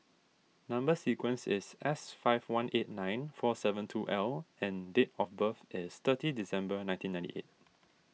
Number Sequence is S five one eight nine four seven two L and date of birth is thirty December nineteen ninety eight